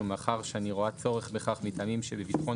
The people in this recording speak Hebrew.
ומאחר שאני רואה צורך בכך מטעמים שבביטחון